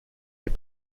est